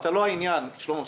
אתה לא העניין, שלמה.